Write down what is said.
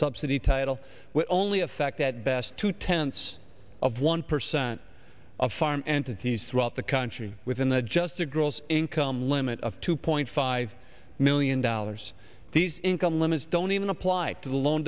subsidy title will only affect at best two tenths of one percent of farm entities throughout the country within the adjusted gross income limit of two point five million dollars these income limits don't even apply to the loan